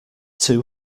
too